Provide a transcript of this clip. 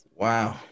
Wow